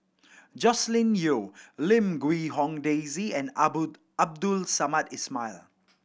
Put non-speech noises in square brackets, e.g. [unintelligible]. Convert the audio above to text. Joscelin Yeo Lim Quee Hong Daisy and [unintelligible] Abdul Samad Ismail